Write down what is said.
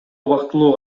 убактылуу